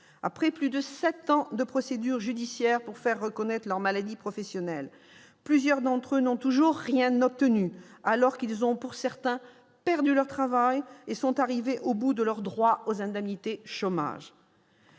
Après plus de sept ans de procédures judiciaires pour faire reconnaître leur maladie professionnelle, plusieurs d'entre eux n'ont toujours rien obtenu, alors qu'ils ont, pour certains, perdu leur travail et sont arrivés au bout de leurs droits aux indemnités chômage.